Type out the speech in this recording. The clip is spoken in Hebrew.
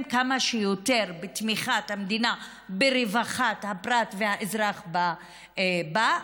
כמה שיותר בתמיכת המדינה ברווחת הפרט והאזרח בה,